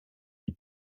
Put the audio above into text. are